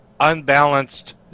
unbalanced